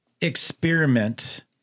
experiment